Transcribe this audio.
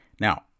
now